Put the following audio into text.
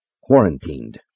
quarantined